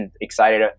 excited